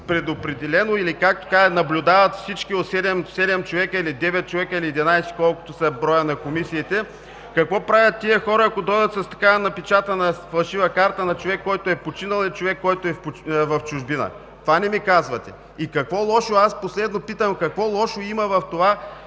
предопределено или, както се казва, наблюдават всички седем човека, или девет човека, или единайсет, колкото е броят на комисиите? Какво правят тези хора, ако дойдат с такава напечатана фалшива карта на човек, който е починал, и човек, който е в чужбина? Това не ми казвате. Последно питам: какво лошо има в това